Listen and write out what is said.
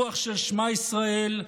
רוח של שמע ישראל,